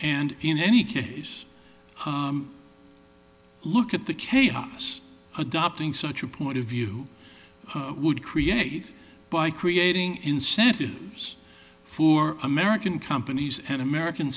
and in any case look at the chaos adopting such a point of view would create by creating incentives for american companies and american